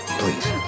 please